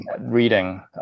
reading